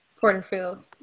Porterfield